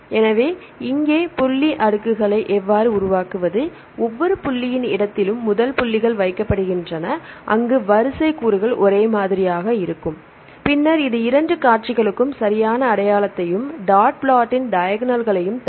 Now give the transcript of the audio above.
எனவே இங்கே புள்ளி அடுக்குகளை எவ்வாறு உருவாக்குவது ஒவ்வொரு புள்ளியின் இடத்திலும் முதல் புள்ளிகள் வைக்கப்படுகின்றன அங்கு வரிசை கூறுகள் ஒரே மாதிரியாக இருக்கும் பின்னர் இது இரண்டு காட்சிகளுக்கும் சரியான அடையாளத்தையும் இந்த டாட் பிளாட்டின் டையக்னல்களை தரும்